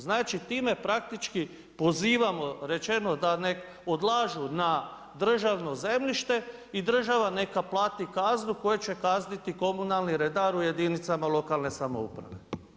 Znači time praktički pozivamo rečeno da ne odlažu na državno zemljište i država neka plati kaznu koju će kazniti komunalni redar u jedinicama lokalne samouprave.